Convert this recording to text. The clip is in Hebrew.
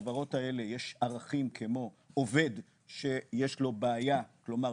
שיש בהן ערכים כמו: עובד שיש לו בעיה כלומר,